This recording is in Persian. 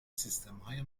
سیستمهای